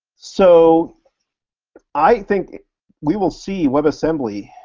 so i think we will see webassembly